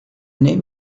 name